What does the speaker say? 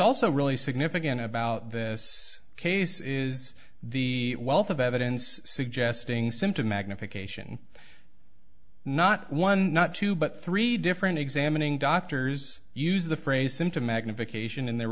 also really significant about this case is the wealth of evidence suggesting symptom magnification not one not two but three different examining doctors use the phrase symptom magnification in their